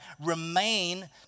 remain